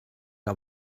que